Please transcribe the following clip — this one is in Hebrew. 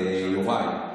על יוראי,